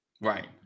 Right